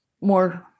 more